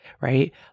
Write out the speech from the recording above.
right